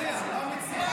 זה לא אמיתי.